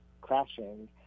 crashing